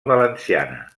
valenciana